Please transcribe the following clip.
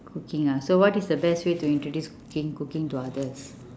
cooking ah so what is the best way to introduce cooking cooking to others